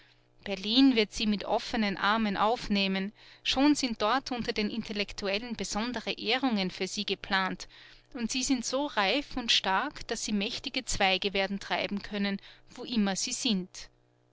berlin wird sie mit offenen armen aufnehmen schon sind dort unter den intellektuellen besondere ehrungen für sie geplant und sie sind so reif und stark daß sie mächtige zweige werden treiben können wo immer sie sind